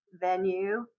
venue